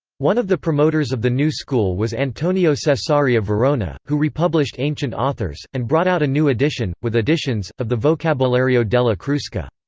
one of the promoters of the new school was antonio so cesari of verona, who republished ancient authors, and brought out a new edition, with additions, of the vocabolario della crusca.